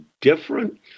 different